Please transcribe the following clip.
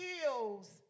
heals